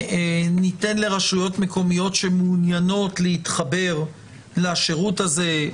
ניתן לרשויות מקומיות שמעוניינות להתחבר לשירות הזה?